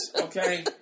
Okay